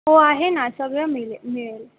हो आहे ना सगळं मिले मिळेल